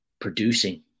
producing